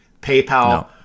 PayPal